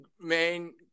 main